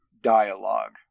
dialogue